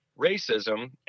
racism